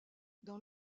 dans